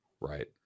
Right